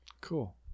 Cool